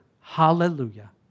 Hallelujah